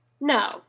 No